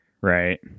right